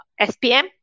SPM